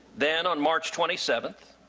then, on march twenty seventh,